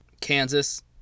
Kansas